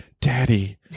Daddy